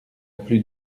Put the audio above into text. plus